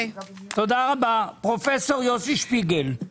פרופ' יוסי שפיגל.